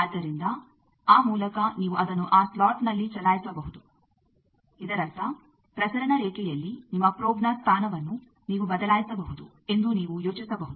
ಆದ್ದರಿಂದ ಆ ಮೂಲಕ ನೀವು ಅದನ್ನು ಆ ಸ್ಲಾಟ್ನಲ್ಲಿ ಚಲಾಯಿಸಬಹುದು ಇದರರ್ಥ ಪ್ರಸರಣ ರೇಖೆಯಲ್ಲಿ ನಿಮ್ಮ ಪ್ರೋಬ್ನ ಸ್ಥಾನವನ್ನು ನೀವು ಬದಲಾಯಿಸಬಹುದು ಎಂದು ನೀವು ಯೋಚಿಸಬಹುದು